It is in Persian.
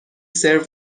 سرو